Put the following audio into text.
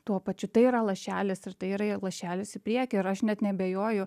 tuo pačiu tai yra lašelis ir tai yra lašelis į priekį ir aš net neabejoju